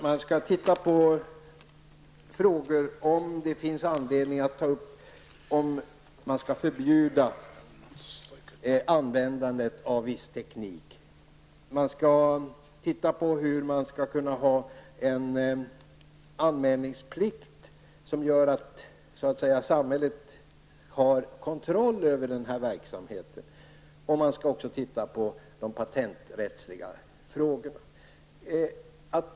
Man skall titta på om det finns anledning att förbjuda användandet av viss teknik. Man skall titta på hur man skall kunna utforma en anmälningsplikt som gör att samhället så att säga har kontroll över denna verksamhet. Man skall också titta på de patenträttsliga frågorna.